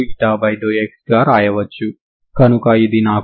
ఇలా చేయడం వల్ల మీరు ఈ ఫంక్షన్ కంటిన్యూస్ అవ్వాలని స్పష్టంగా చూడవచ్చు సరేనా